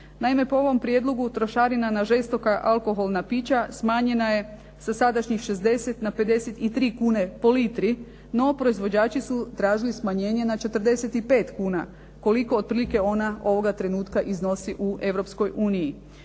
Naime po ovom prijedlogu trošarina na žestoka alkoholna pića smanjena je sa sadašnjih 60 na 53 kune po litri, no proizvođači su tražili smanjenje na 45 kuna, koliko otprilike ona ovoga trenutka iznosi u